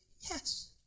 Yes